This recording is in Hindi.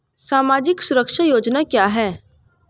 सामाजिक सुरक्षा योजना क्या है?